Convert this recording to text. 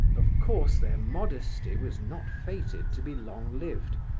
of course their modesty was not fated to be long-lived,